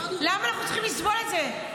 למה אנחנו צריכים לסבול את זה?